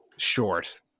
short